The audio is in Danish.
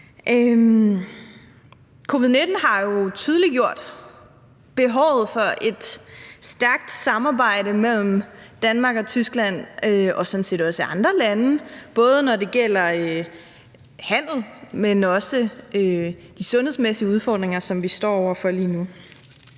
Covid-19 har jo tydeliggjort behovet for et stærkt samarbejde mellem Danmark og Tyskland – og sådan set også andre lande – både når det gælder handel, men også de sundhedsmæssige udfordringer, som vi står over for lige nu.